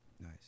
Nice